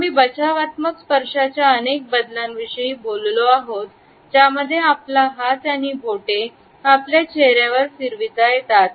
आम्ही बचावात्मक स्पर्शाच्या अनेक बदलांविषयी बोललो आहोत ज्यामध्ये आपला हात आणि बोटे आपल्या चेहऱ्यावर फिरविला जातात